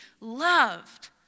loved